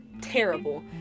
terrible